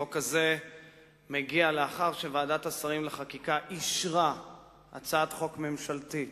החוק הזה מגיע לאחר שוועדת השרים לחקיקה אישרה הצעת חוק ממשלתית